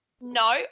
No